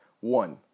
One